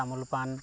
তামোল পাণ